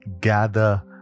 gather